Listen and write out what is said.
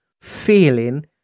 feeling